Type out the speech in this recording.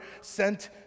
sent